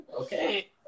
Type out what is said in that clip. Okay